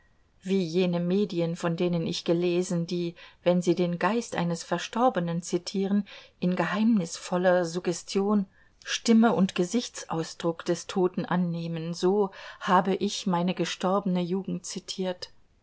wie jene medien von denen ich gelesen die wenn sie den geist eines verstorbenen zitieren in geheimnisvoller suggestion stimme und gesichtsausdruck des toten annehmen so habe ich meine gestorbene jugend zitiert